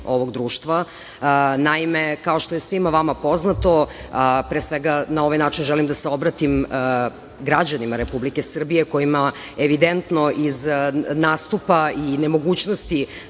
ovog društva. Naime, kao što je svima vama poznato, pre svega na ovaj način želim da se obratim građanima Republike Srbije, kojima evidentno iz nastupa i nemogućnosti